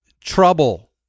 trouble